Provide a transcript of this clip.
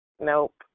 Nope